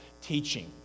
teaching